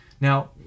Now